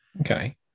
okay